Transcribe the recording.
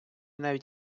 навіть